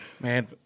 man